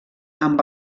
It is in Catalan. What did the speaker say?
amb